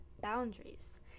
boundaries